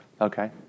okay